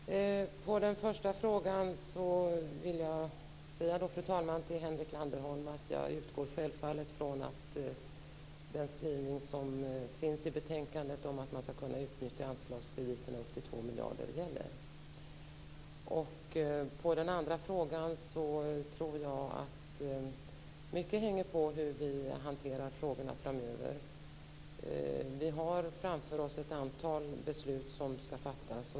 Fru talman! På den första frågan vill jag säga till Henrik Landerholm att jag självfallet utgår från att den skrivning som finns i betänkandet om att man skall kunna utnyttja anslagskrediten upp till 2 miljarder gäller. På den andra frågan tror jag att mycket hänger på hur vi hanterar frågorna framöver. Vi har framför oss ett antal beslut som skall fattas.